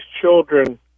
children